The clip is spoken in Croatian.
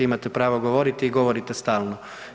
Imate pravo govoriti i govorite stalno.